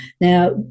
Now